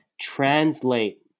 translate